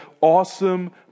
awesome